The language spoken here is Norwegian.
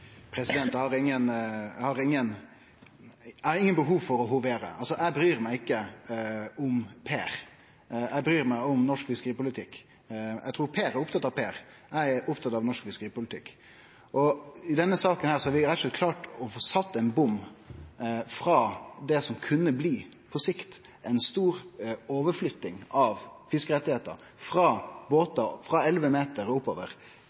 Eg har ikkje behov for å hovere. Eg bryr meg ikkje om Per, eg bryr meg om norsk fiskeripolitikk. Eg trur Per er opptatt av Per, eg er opptatt av norsk fiskeripolitikk. I denne saka har vi rett og slett klart å få sett ein bom for det som kunne bli, på sikt, ei stor overflytting av fiskerettar frå båtar frå 11 m og oppover,